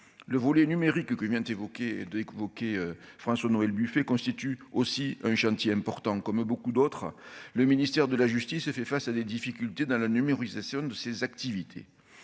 Le volet numérique qu'évoquait François-Noël Buffet constitue aussi un chantier important. Comme beaucoup d'autres, le ministère de la justice fait face à des difficultés dans la numérisation de ses activités.